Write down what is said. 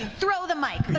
throw the mic.